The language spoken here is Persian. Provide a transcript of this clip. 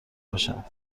باشند